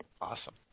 Awesome